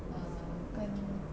uh 跟